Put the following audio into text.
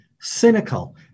cynical